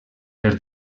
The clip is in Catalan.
per